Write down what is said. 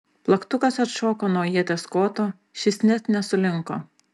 plaktukas atšoko nuo ieties koto šis net nesulinko